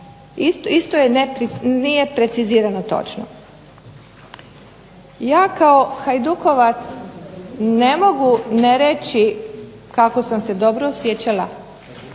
isto nisu precizirani točno. Ja kao hajdukovac ne mogu ne reći kako sam se dobro osjećala